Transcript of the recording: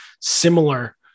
similar